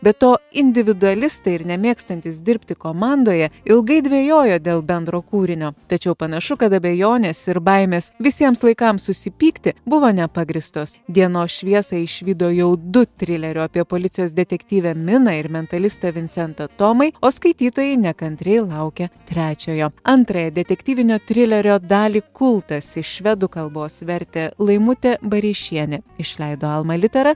be to individualistai ir nemėgstantys dirbti komandoje ilgai dvejojo dėl bendro kūrinio tačiau panašu kad abejonės ir baimės visiems laikams susipykti buvo nepagrįstos dienos šviesą išvydo jau du trilerio apie policijos detektyvę miną ir mentalistą vincentą tomai o skaitytojai nekantriai laukia trečiojo antrąją detektyvinio trilerio dalį kultas iš švedų kalbos vertė laimutė bareišienė išleido alma litera